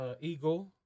Eagle